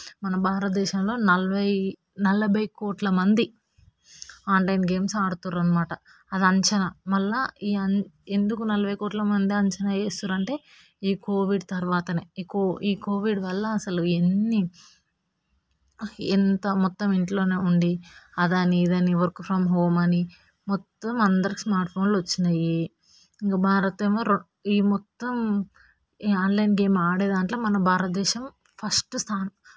మన భారత దేశంలో నలభై నలభై కోట్ల మంది ఆన్లైన్ గేమ్స్ ఆడుతుర్రు అన్నమాట అది అంచనా మళ్ళా ఈ ఎందుకు నలభై కోట్ల మంది అంచనా వేస్తుర్రు అంటే ఈ కోవిడ్ తర్వాతనే ఈ కోవిడ్ వల్ల అసలు ఎన్ని ఎంత మొత్తం ఇంట్లో ఉంది అది అని ఇది అని వర్క్ ఫ్రం హోమ్ అని మొత్తం అందరికీ స్మార్ట్ ఫోన్లు వచ్చినాయి ఇంకా భారత్ ఏమో ఈ మొత్తం ఈ ఆన్లైన్ గేమ్ ఆడే దాంట్లో మన భారతదేశం ఫస్ట్ స్థానం